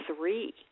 three